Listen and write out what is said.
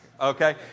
okay